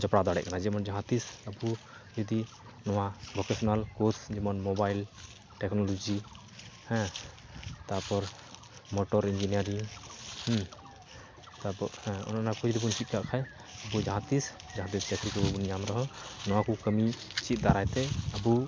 ᱡᱚᱯᱲᱟᱣ ᱫᱟᱲᱮᱜ ᱠᱟᱱᱟ ᱡᱮᱢᱚᱱ ᱡᱟᱦᱟᱸᱛᱤᱥ ᱟᱵᱚ ᱡᱚᱫᱤ ᱱᱚᱣᱟ ᱵᱷᱚᱠᱮᱥᱚᱱᱟᱞ ᱠᱳᱨᱥ ᱡᱮᱢᱚᱱ ᱢᱳᱵᱟᱭᱤᱞ ᱴᱮᱠᱱᱳᱞᱚᱡᱤ ᱦᱮᱸ ᱛᱟᱯᱚᱨ ᱢᱚᱴᱚᱨ ᱤᱧᱡᱤᱱᱤᱭᱟᱨᱤᱝ ᱛᱟᱯᱚᱨ ᱚᱱᱮ ᱚᱱᱟ ᱪᱮᱫᱠᱟᱜ ᱠᱷᱟᱱ ᱡᱟᱦᱟᱸᱛᱤᱥ ᱡᱟᱦᱟᱸᱛᱤᱥ ᱪᱟᱹᱠᱨᱤᱠᱚ ᱵᱟᱵᱚᱱ ᱧᱟᱢ ᱨᱮᱦᱚᱸ ᱱᱚᱣᱟᱠᱚ ᱠᱟᱹᱢᱤ ᱪᱮᱫ ᱫᱟᱨᱟᱭᱛᱮ ᱟᱵᱚ